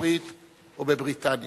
בארצות-הברית או בבריטניה